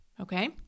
okay